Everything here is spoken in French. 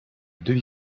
deux